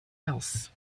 else